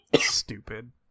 Stupid